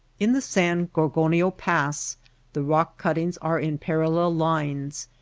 in the san gorgonio pass the rock-cuttings are in parallel lines,